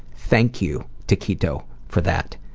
thank you taquito for that.